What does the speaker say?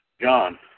John